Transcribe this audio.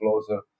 closer